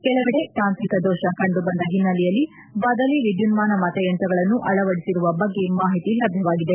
ಕೆಲವೆಡೆ ತಾಂತ್ರಿಕ ದೋಷ ಕಂಡುಬಂದ ಹಿನ್ನೆಲೆಯಲ್ಲಿ ಬದಲಿ ವಿದ್ಯುನ್ಮಾನ ಮತಯಂತ್ರಗಳನ್ನು ಅಳವಡಿಸಿರುವ ಬಗ್ಗೆ ಮಾಹಿತಿ ಲಭ್ಯವಾಗಿದೆ